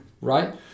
right